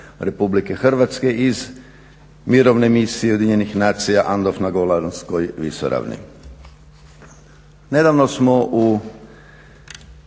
Republike Hrvatske iz mirovne misije UN-a na Golanskoj visoravni